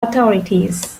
authorities